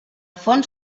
fons